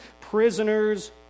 prisoners